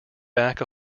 back